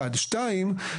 שנית,